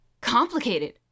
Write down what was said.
complicated